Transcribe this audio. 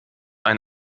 ein